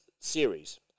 series